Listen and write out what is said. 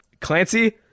Clancy